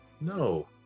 No